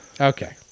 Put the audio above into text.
Okay